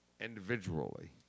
individually